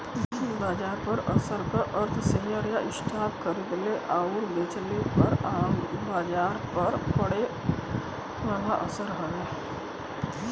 बाजार पर असर क अर्थ शेयर या स्टॉक खरीदले आउर बेचले पर बाजार पर पड़े वाला असर हउवे